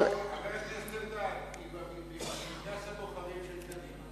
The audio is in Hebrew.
חבר הכנסת אלדד, היא בפנקס הבוחרים של קדימה.